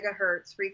megahertz